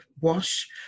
wash